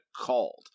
called